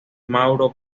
mauro